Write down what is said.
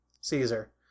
Caesar